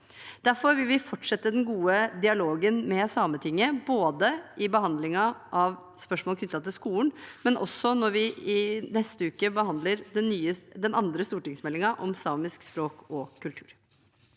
Derfor vil vi fortsette den gode dialogen med Sametinget ikke bare i behandlingen av spørsmål knyttet til skolen, men også når vi i neste uke behandler den andre stortingsmeldingen om samisk språk og kultur.